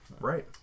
Right